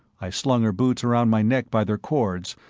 i slung her boots around my neck by their cords,